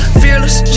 fearless